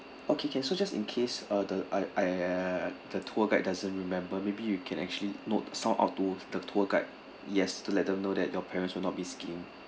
okay can so just in case uh the I I~ uh the tour guide doesn't remember maybe you can actually note sound our tour the tour guide yes to let them know that your parents will not be skiing